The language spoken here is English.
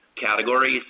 categories